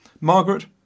Margaret